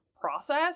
process